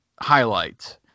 highlights